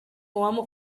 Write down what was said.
uomo